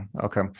okay